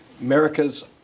America's